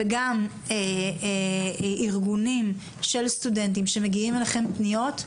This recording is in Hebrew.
וגם ארגונים של סטודנטים, כשמגיעות אליכם פניות,